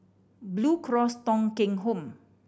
Blue Cross Thong Kheng Home